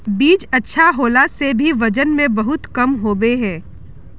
बीज अच्छा होला से भी वजन में बहुत कम होबे है?